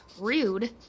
Rude